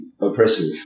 oppressive